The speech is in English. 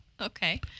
Okay